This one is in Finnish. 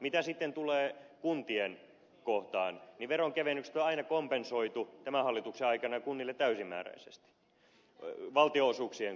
mitä sitten tulee kuntiin niin veronkevennykset on aina kompensoitu tämän hallituksen aikana kunnille täysimääräisesti valtionosuuksien korotuksella